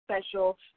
special